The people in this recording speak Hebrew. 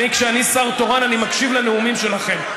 אני, כשאני שר תורן, אני מקשיב לנאומים שלכם.